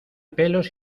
pelos